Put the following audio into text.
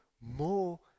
more